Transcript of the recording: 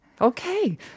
Okay